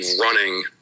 running